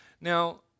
Now